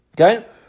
Okay